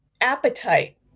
appetite